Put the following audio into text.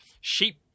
Sheep